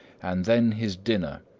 and then his dinner.